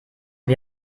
wir